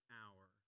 hour